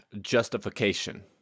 justification